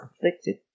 conflicted